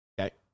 okay